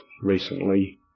recently